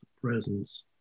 presence